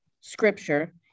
scripture